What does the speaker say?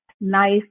nice